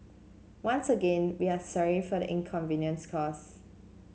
once again we are sorry for the inconvenience cause